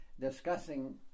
discussing